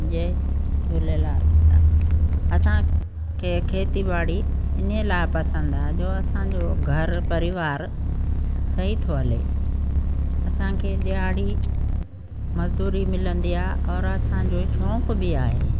जय झूलेलाल असां खे खेती ॿाड़ी इन लाइ पसंदि आहे जो असांजो घरु परिवार सही थो हले असांखे ॾियाड़ी मज़दूरी मिलंदी आहे और असांखे शौक़ु बि आहे